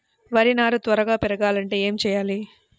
వరి నారు త్వరగా పెరగాలంటే ఏమి చెయ్యాలి?